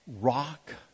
rock